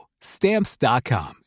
stamps.com